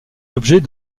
l’objet